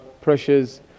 pressures